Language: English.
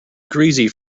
greasy